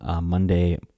Monday